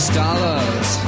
dollars